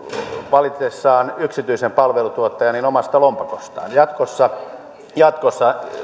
valitessaan yksityisen palveluntuottajan ihmiset maksavat sen omasta lompakostaan jatkossa jatkossa